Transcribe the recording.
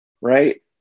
right